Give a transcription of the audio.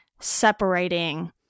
separating